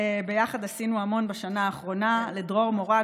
וביחד עשינו המון בשנה האחרונה: לדרור מורג,